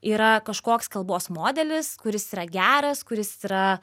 yra kažkoks kalbos modelis kuris yra geras kuris yra